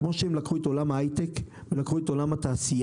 כמו שהם לקחו את עולם ההייטק ואת עולם התעשייה,